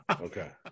Okay